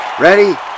Ready